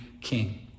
king